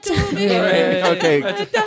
Okay